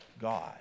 God